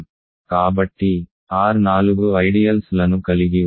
కాబట్టి R నాలుగు ideals లను కలిగి ఉంది